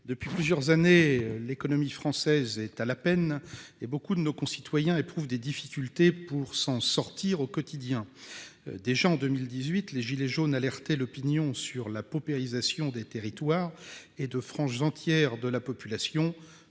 depuis plusieurs années, l'économie française est à la peine, et beaucoup de nos concitoyens éprouvent des difficultés pour s'en sortir au quotidien. Déjà, en 2018, les « gilets jaunes » alertaient l'opinion sur la paupérisation des territoires et de franges entières de la population